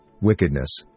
wickedness